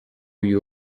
you